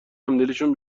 همدلیشون